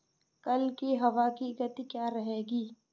कल की हवा की गति क्या रहेगी?